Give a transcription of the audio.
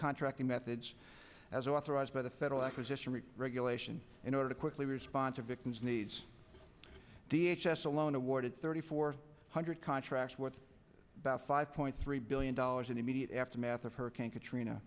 contracting methods as authorized by the federal acquisition regulation in order to quickly respond to victims needs d h s s alone awarded thirty four hundred contracts worth about five three billion dollars in the immediate aftermath of hurricane katrina